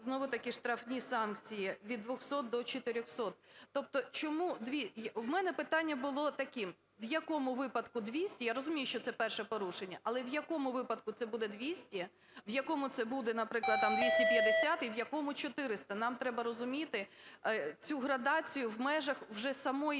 знову-таки штрафні санкції від 200 до 400. Тобто чому… В мене питання було таким. В якому випадку 200 – я розумію, що це перше порушення, – але в якому випадку це буде 200, в якому це буде, наприклад, там, 250 і в якому 400? Нам треба розуміти цю градацію в межах вже самої